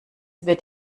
wird